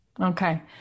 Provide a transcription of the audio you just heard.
Okay